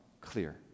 clear